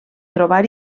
trobar